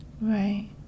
Right